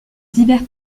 divers